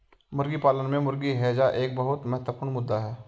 मुर्गी पालन में मुर्गी हैजा एक बहुत महत्वपूर्ण मुद्दा है